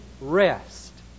rest